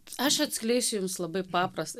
aš atskleisiu jums labai paprastą